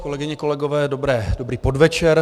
Kolegyně, kolegové, dobrý podvečer.